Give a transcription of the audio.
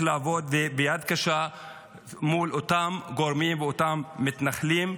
לעבוד ביד קשה מול אותם גורמים ואותם מתנחלים,